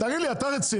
תגיד לי אתה רציני.